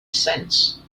sense